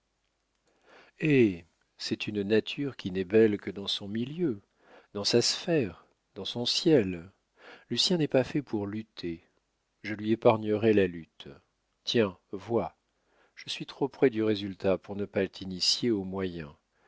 c'est une nature qui n'est belle que dans son milieu dans sa sphère dans son ciel lucien n'est pas fait pour lutter je lui épargnerai la lutte tiens vois je suis trop près du résultat pour ne pas t'initier aux moyens